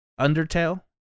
Undertale